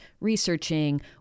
researching